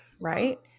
right